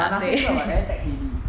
but NASDAQ 是 like very debt heavy